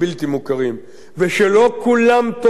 שבהם תובעי בעלות,